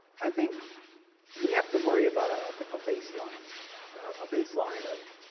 i think we have to worry about ah a baseline a baseline of